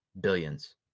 billions